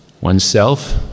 oneself